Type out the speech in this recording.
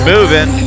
Moving